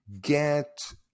get